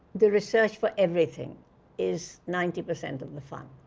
the research for everything is ninety percent of the fun.